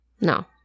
No